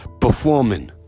performing